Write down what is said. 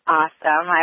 awesome